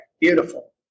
beautiful